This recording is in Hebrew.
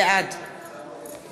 בעד